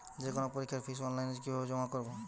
যে কোনো পরীক্ষার ফিস অনলাইনে কিভাবে জমা করব?